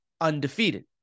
undefeated